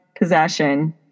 possession